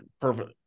perfect